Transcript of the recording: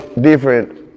different